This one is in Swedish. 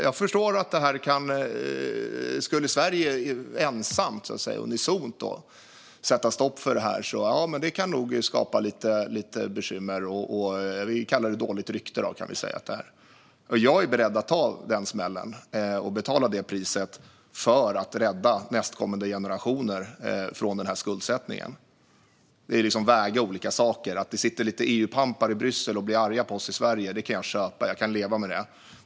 Jag förstår att det skulle skapa lite bekymmer om Sverige ensamt skulle sätta stopp för detta; vi kan kalla det dåligt rykte. Jag är beredd att ta den smällen och betala det priset för att rädda kommande generationer från den här skuldsättningen. Det handlar om att väga olika saker. Att det sitter lite EU-pampar i Bryssel och blir arga på oss i Sverige kan jag köpa. Jag kan leva med det.